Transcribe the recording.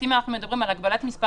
אבל אנחנו לא מתנגדים,